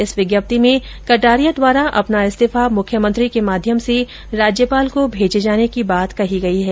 इस विज्ञप्ति में कटारिया द्वारा अपना इस्तीफा मुख्यमंत्री के माध्यम से राज्यपाल को भेजे जाने की बात कही गई है